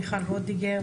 מיכל וולדיגר,